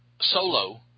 Solo